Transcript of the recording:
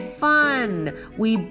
fun,we